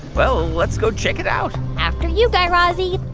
well, let's go check it out after you, guy razzie.